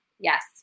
Yes